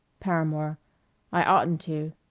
paramore i oughtn't to.